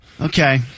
Okay